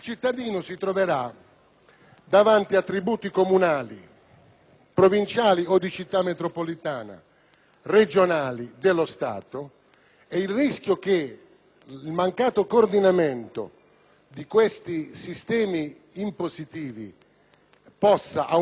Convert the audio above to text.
provinciali o di città metropolitane, regionali, dello Stato; e il rischio che il mancato coordinamento di questi sistemi impositivi possa aumentare la pressione fiscale costituisce una preoccupazione seria.